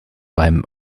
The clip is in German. beim